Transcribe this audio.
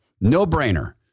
No-brainer